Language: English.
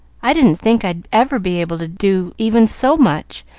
i didn't think i'd ever be able to do even so much,